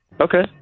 okay